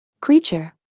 Creature